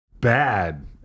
bad